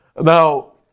Now